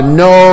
no